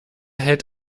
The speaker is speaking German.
hält